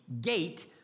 gate